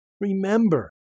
Remember